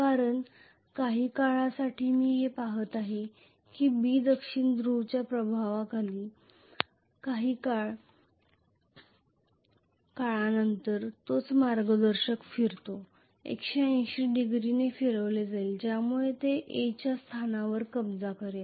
कारण काही काळासाठी मी हे पाहत आहे की B दक्षिण ध्रुवच्या प्रभावाखाली आहे काही काळानंतर तोच मार्गदर्शक फिरतो 180 डिग्री ने फिरविला जाईल ज्यामुळे ते A च्या स्थानावर कब्जा करेल